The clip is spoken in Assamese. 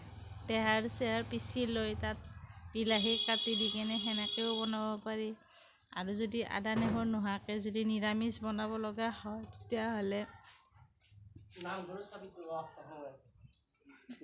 তেহাৰ চেহাৰ পিচি লৈ তাত বিলাহী কাটি দি কেনে সেনেকেও বনাব পাৰি আৰু যদি আদা নহৰু নোহোৱাকে যদি নিৰামিচ বনাব লগা হয় তেতিয়াহ'লে